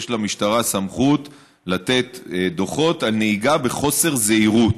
יש למשטרה סמכות לתת דוחות על נהיגה בחוסר זהירות.